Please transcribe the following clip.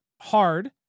hard